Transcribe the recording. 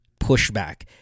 pushback